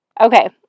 Okay